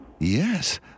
Yes